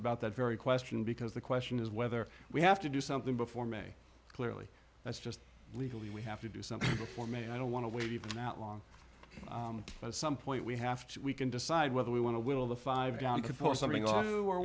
about that very question because the question is whether we have to do something before me clearly that's just legally we have to do something for me i don't want to wait even that long but some point we have to we can decide whether we want to will the five could pose something or